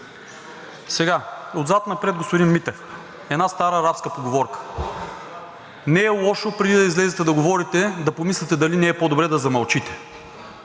Сега, отзад напред, господин Митев. Една стара арабска поговорка – не е лошо, преди да излезете да говорите, да помислите дали не е по-добре да замълчите,